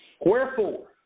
Wherefore